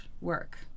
work